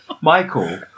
Michael